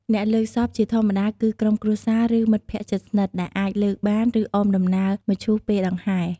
អ្នកលើកសព ជាធម្មតាគឺក្រុមគ្រួសារ ឬមិត្តភ័ក្តិជិតស្និទ្ធ ដែលអាចលើកបាន ឬអមដំណើរមឈូសពេលដង្ហែ។